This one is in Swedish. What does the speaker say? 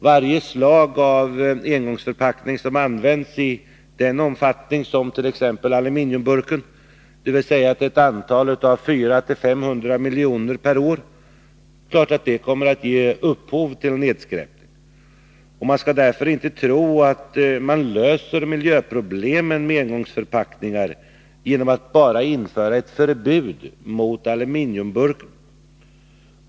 Varje slag av engångsförpackning som används i samma omfattning som t.ex. aluminiumburken, dvs. till ett antal av 400-500 miljoner per år, kommer självfallet att ge upphov till nedskräpning. Man skall därför inte tro att man löser miljöproblemen med engångsförpackningar genom att bara införa ett förbud mot aluminiumburken.